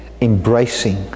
embracing